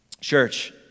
church